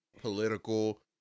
political